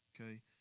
okay